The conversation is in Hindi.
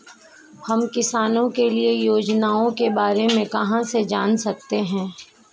हम किसानों के लिए योजनाओं के बारे में कहाँ से जान सकते हैं?